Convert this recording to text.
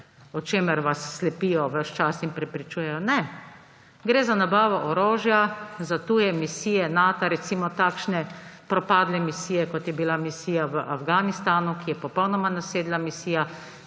o čemer vas slepijo ves čas in prepričujejo. Ne! Gre za nabavo orožja za tuje misije Nata, recimo takšne propadle misije, kot je bila misija v Afganistanu, ki je popolnoma nasedla misija,